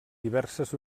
diverses